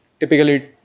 typically